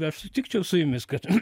aš sutikčiau su jumis kad